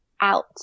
out